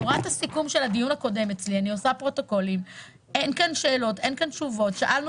אני רואה את הסיכום של הדיון הקודם אין כאן שאלות ואין תשובות.